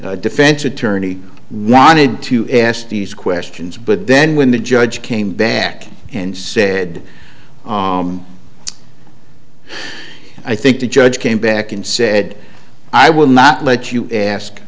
defense attorney wanted to ask these questions but then when the judge came back and said i think the judge came back and said i will not let you ask